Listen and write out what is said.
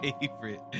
favorite